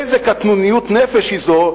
איזו קטנוניות-נפש היא זו,